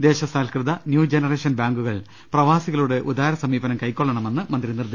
ദേശസാൽകൃത new generation ബാങ്കുകൾ പ്രവാസികളോട് ഉദാര സമീ പനം കൈക്കൊള്ളണമെന്നും മന്ത്രി പറഞ്ഞു